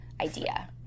idea